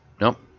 Nope